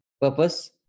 purpose